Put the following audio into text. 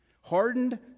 Hardened